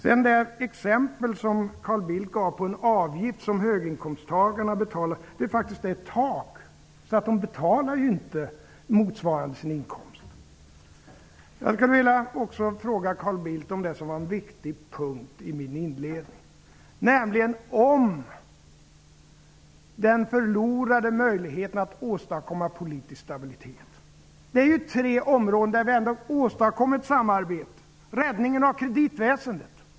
Carl Bildt gav ett exempel på en avgift som höginkomsttagarna betalar. Det finns faktiskt ett tak. De betalar inte i förhållande till sin inkomst. Jag vill ställa en fråga till Carl Bidlt avseende en viktig punkt i min inledning. Det gäller den förlorade möjligheten att åstadkomma politisk stabilitet. Det finns tre områden där vi ändå har åstadkommit samarbete. Det gäller för det första räddningen av kreditväsendet.